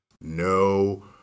No